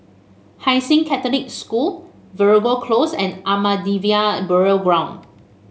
Hai Sing Catholic School Veeragoo Close and Ahmadiyya Burial Ground